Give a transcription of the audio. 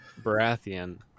Baratheon